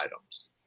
items